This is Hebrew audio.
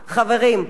חברים,